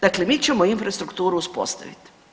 Dakle, mi ćemo infrastrukturu uspostaviti.